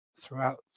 throughout